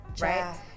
right